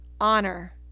honor